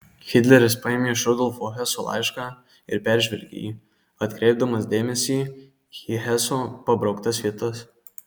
hitleris paėmė iš rudolfo heso laišką ir peržvelgė jį atkreipdamas dėmesį į heso pabrauktas vietas